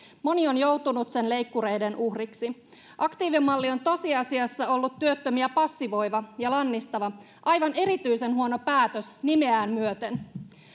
moni on joutunut sen leikkureiden uhriksi aktiivimalli on tosiasiassa ollut työttömiä passivoiva ja lannistava aivan erityisen huono päätös nimeään myöten